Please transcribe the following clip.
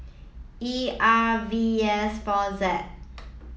E R V S four Z